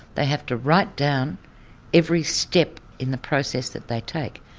they have to write down every step in the process that they take.